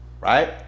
Right